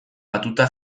batuta